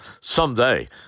someday